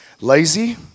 Lazy